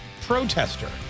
protester